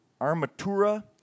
Armatura